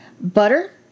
Butter